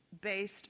based